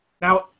Now